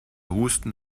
husten